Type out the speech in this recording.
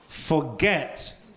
Forget